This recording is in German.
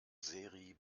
seri